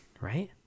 right